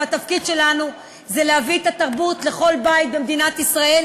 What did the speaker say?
והתפקיד שלנו זה להביא את התרבות לכל בית במדינת ישראל,